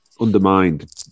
undermined